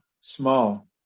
small